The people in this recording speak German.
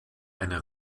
eine